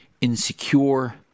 insecure